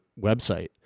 website